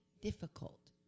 difficult